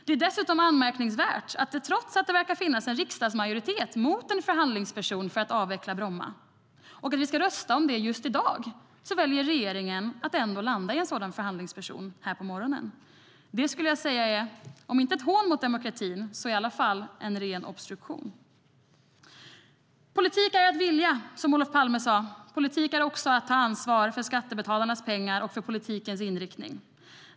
Det är dessutom anmärkningsvärt att regeringen nu på morgonen, trots att det verkar finnas en riksdagsmajoritet mot en förhandlingsperson för att avveckla Bromma och trots att vi ska rösta om det här just i dag, väljer att landa i en sådan förhandlingsperson. Om det inte är ett hån mot demokratin är det i alla fall en ren obstruktion. Politik är att vilja, som Olof Palme sa. Politik är också att ta ansvar för skattebetalarnas pengar och för politikens inriktning.